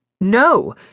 no